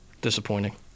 Disappointing